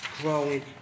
growing